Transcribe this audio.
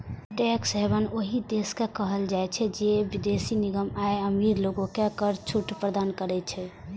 tax haven ओइ देश के कहल जाइ छै, जे विदेशी निगम आ अमीर लोग कें कर छूट प्रदान करै छै